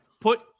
put